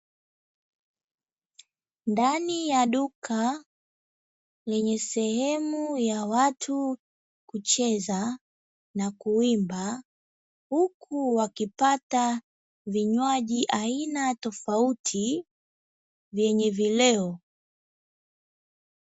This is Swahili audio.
Ndani ya duka lenye sehemu ya watu kucheza na kuimba, huku wakipata vinywaji aina tofauti yenye vileo.